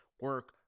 Work